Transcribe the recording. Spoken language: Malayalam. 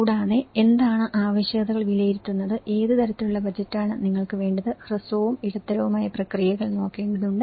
കൂടാതെ എന്താണ് ആവശ്യകതകൾ വിലയിരുത്തുന്നത് ഏത് തരത്തിലുള്ള ബജറ്റാണ് നിങ്ങൾക്ക് വേണ്ടത് ഹ്രസ്വവും ഇടത്തരവുമായ പ്രക്രിയകൾ നോക്കേണ്ടതുണ്ട്